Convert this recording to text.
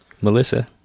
Melissa